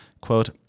quote